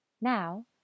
Now